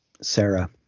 Sarah